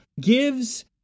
gives